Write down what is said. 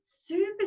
super